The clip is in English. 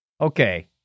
Okay